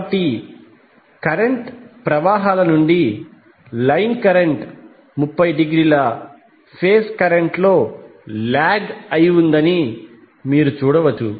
కాబట్టి కరెంట్ ప్రవాహాల నుండి లైన్ కరెంట్ 30 డిగ్రీల ఫేజ్ కరెంట్లో లాగ్ అయి ఉందని మీరు చూడవచ్చు